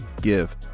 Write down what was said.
give